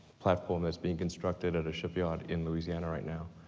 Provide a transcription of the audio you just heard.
platform that's being constructed at a shipyard in louisiana right now.